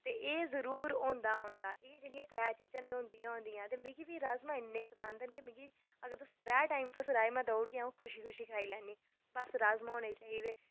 ते एह् जेह्ड़ा जरूर होंदा गै होंदा एह् जेह्ड़ियां त्रै चीजां होंदियां गै होंदियां ते मिगी बी राजमांह् इन्ने पसंद न ते मिगी अगर त्रै टाइम तुस राजमांह् देई ओड़गे में खुशी खुशी खाई लैन्नी बस राजमांह् होने चाहिदे